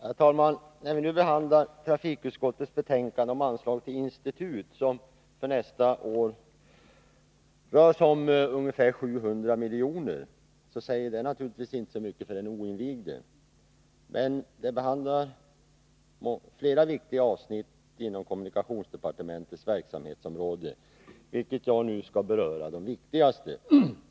Herr talman! När vi nu behandlar trafikutskottets betänkande om anslag tillinstitut m.m. för nästa år — det rör sig om ungefär 700 milj.kr. — säger det naturligtvis inte så mycket för den oinvigde. Men betänkandet behandlar flera viktiga avsnitt inom kommunikationsdepartementets verksamhetsområde, av vilka jag nu skall beröra de viktigaste.